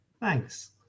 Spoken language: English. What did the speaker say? Thanks